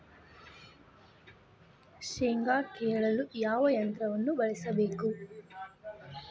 ಶೇಂಗಾ ಕೇಳಲು ಯಾವ ಯಂತ್ರ ಬಳಸಬೇಕು?